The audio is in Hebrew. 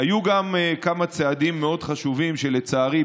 היו גם כמה צעדים מאוד חשובים שלצערי,